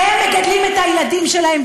והם מגדלים את הילדים שלהם,